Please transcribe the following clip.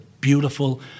beautiful